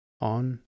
on